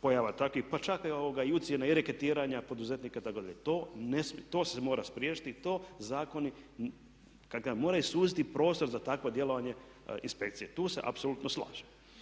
pojava takvih pa čak i ucjena i raketiranja poduzetnika itd. to se mora spriječiti. To zakoni, moraju se uvesti prostor za takvo djelovanje inspekcije. Tu se apsolutno slažem.